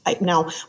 Now